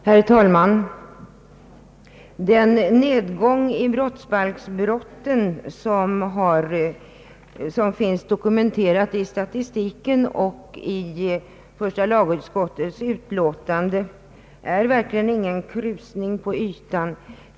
Herr talman! Den nedgång i antalet brottsbalksbrott som finns dokumenterad i statistiken och i första lagutskottets utlåtande är verkligen ingen krusning på ytan.